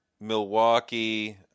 Milwaukee